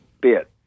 bit